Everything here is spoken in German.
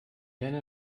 henne